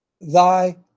thy